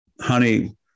honey